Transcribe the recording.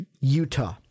Utah